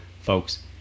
folks